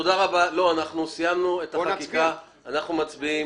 אנחנו מצביעים.